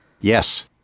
Yes